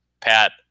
Pat